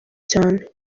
cyane